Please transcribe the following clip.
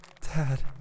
Dad